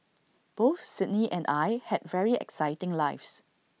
both Sydney and I had very exciting lives